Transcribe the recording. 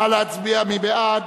נא להצביע, מי בעד?